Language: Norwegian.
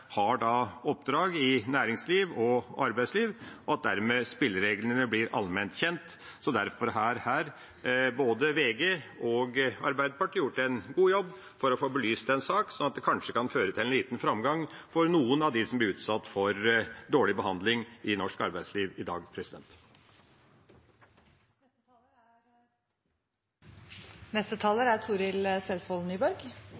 har oppdrag i næringsliv og arbeidsliv. Dermed blir spillereglene allment kjent. Derfor har både VG og Arbeiderpartiet gjort en god jobb for å få belyst en sak, sånn at det kanskje kan føre til en liten framgang for noen av dem som blir utsatt for dårlig behandling i norsk arbeidsliv i dag.